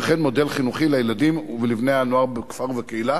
וכן מודל חינוכי לילדים ולבני-הנוער בכפר ובקהילה.